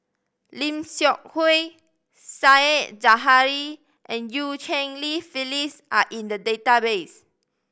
Lim Seok Hui Said Zahari and Eu Cheng Li Phyllis are in the database